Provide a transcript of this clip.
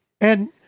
And-